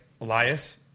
Elias